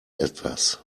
etwas